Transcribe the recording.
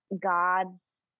God's